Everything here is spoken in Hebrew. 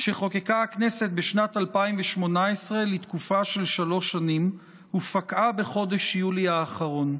שחוקקה הכנסת בשנת 2018 לתקופה של שלוש שנים ופקעה בחודש יולי האחרון.